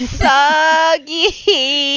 soggy